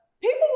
People